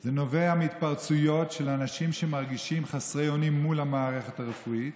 זה נובע מהתפרצויות של אנשים שמרגישים חסרי אונים מול המערכת הרפואית,